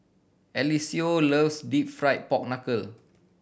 Eliseo loves Deep Fried Pork Knuckle